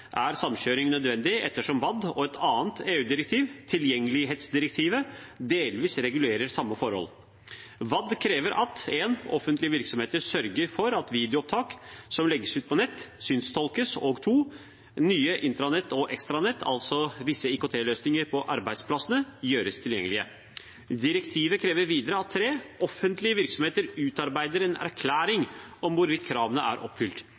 er samkjøring nødvendig ettersom WAD og et annet EU-direktiv, tilgjengelighetsdirektivet, delvis regulerer samme forhold. WAD krever at 1) offentlige virksomheter sørger for at videoopptak som legges ut på nett, synstolkes, og at 2) nye intranett og ekstranett, altså visse IKT-løsninger på arbeidsplassene, gjøres tilgjengelige. Direktivet krever videre at 3) offentlige virksomheter utarbeider en erklæring om hvorvidt kravene er oppfylt.